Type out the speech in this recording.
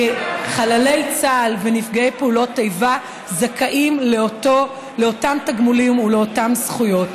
חללי צה"ל ונפגעי פעולות איבה זכאים לאותם תגמולים ולאותן זכאויות.